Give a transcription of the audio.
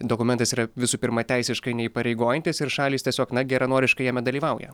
dokumentas yra visų pirma teisiškai neįpareigojantis ir šalys tiesiog na geranoriškai jame dalyvauja